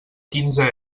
quinze